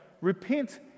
Repent